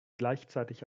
gleichzeitig